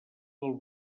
del